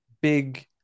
big